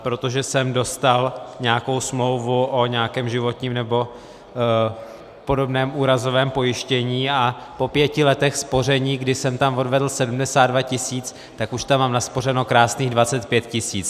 Protože jsem dostal nějakou smlouvu o nějakém životním nebo podobném úrazovém pojištění a po pěti letech spoření, kdy jsem tam odvedl 72 tisíc, tak už tam mám naspořeno krásných 25 tisíc.